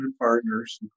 partners